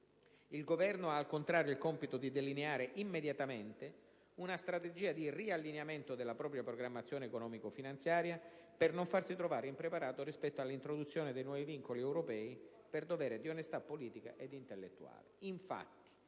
Il Governo ha al contrario il compito di delineare immediatamente una strategia di riallineamento della propria programmazione economico-finanziaria per non farsi trovare impreparato rispetto all'introduzione dei nuovi vincoli europei, per dovere di onestà politica ed intellettuale.